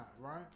right